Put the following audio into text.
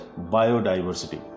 Biodiversity